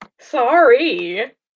Sorry